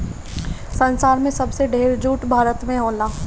संसार में सबसे ढेर जूट भारत में होला